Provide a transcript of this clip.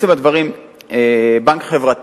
בנק חברתי.